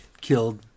killed